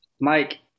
Mike